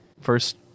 first